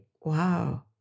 wow